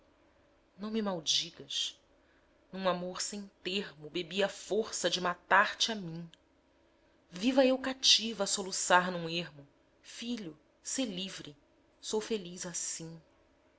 não me maldigas num amor sem termo bebi a força de matar-te a mim viva eu cativa a soluçar num ermo filho sê livre sou feliz assim